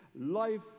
life